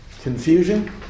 confusion